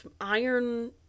iron